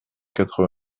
quatre